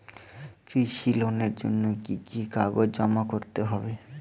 কৃষি লোনের জন্য কি কি কাগজ জমা করতে হবে?